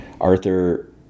Arthur